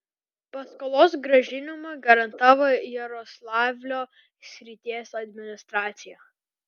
paskolos grąžinimą garantavo jaroslavlio srities administracija